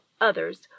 others